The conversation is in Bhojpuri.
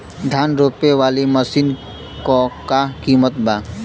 धान रोपे वाली मशीन क का कीमत बा?